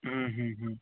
अँ अँ अँ